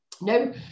No